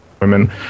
women